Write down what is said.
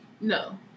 No